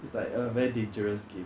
it's like a very dangerous game